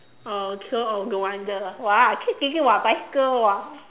oh okay oh no wonder !wah! I keep thinking !wah! bicycle !wah!